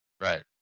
right